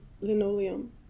linoleum